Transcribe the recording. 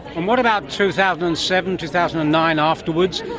and what about two thousand and seven, two thousand and nine, afterwards,